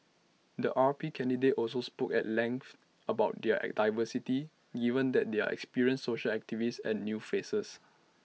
the R P candidates also spoke at length about their diversity even that they are experienced social activists and new faces